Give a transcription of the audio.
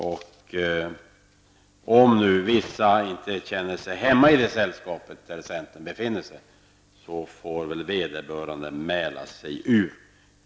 Om nu vissa inte känner sig hemma i det sällskap som centern befinner sig, får väl vederbörande mäla sig ut.